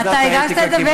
אתה הגשת את זה.